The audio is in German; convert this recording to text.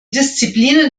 disziplinen